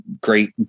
great